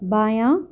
بایاں